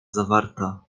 zawarta